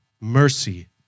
mercy